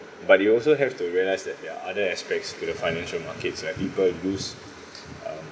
but we also have to realise that there are other aspects to the financial markets like people use um